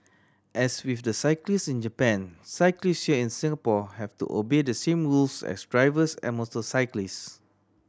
as with the cyclists in Japan cyclists here in Singapore have to obey the same rules as drivers and motorcyclists